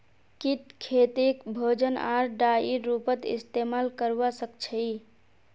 कीट खेतीक भोजन आर डाईर रूपत इस्तेमाल करवा सक्छई